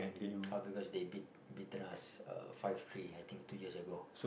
all because they beat beaten us uh five three I think two years ago